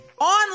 on